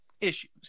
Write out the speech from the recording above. issues